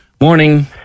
Morning